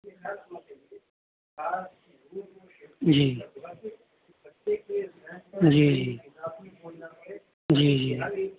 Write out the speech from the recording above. جی جی جی جی جی